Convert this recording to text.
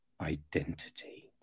identity